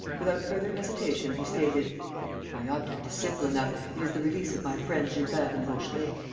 without further hesitation, he stated my object is simple enough. it is the release of my friends gilbert and vaucheray.